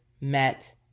met